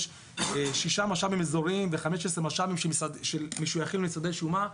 שישה מש"מים אזוריים ו-15 מש"מים שמשויכים למשרדי שומה,